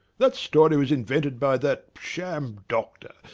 that story was invented by that sham doctor,